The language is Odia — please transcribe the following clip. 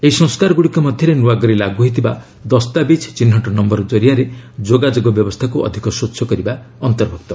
ଏହି ସଂସ୍କାରଗୁଡ଼ିକ ମଧ୍ୟରେ ନୂଆକରି ଲାଗୁ ହୋଇଥିବା ଦସ୍ତାବିଜ ଚିହ୍ରଟ ନୟର ଜରିଆରେ ଯୋଗାଯାଗ ବ୍ୟବସ୍ଥାକୁ ଅଧିକ ସ୍ପଚ୍ଛ କରିବା ଅନ୍ତର୍ଭୁକ୍ତ